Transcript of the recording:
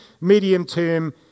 medium-term